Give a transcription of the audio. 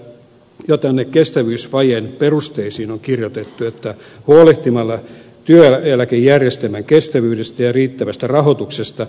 yksi on se että jo tänne kestävyysvajeen perusteisiin on kirjoitettu huolehtimalla työeläkejärjestelmän kestävyydestä ja riittävästä rahoitustasosta